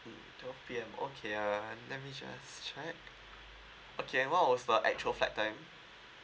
twelve P_M okay uh let me just check okay and what was the actual flight time